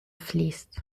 fließt